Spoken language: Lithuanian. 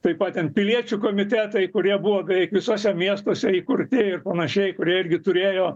taip pat ten piliečių komitetai kurie buvo beveik visuose miestuose įkurti ir panašiai kurie irgi turėjo